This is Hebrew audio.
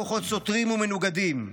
כוחות סותרים ומנוגדים,